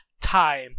time